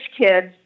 kids